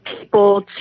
people